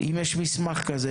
אם ישנו מסמך כזה.